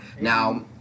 Now